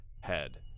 head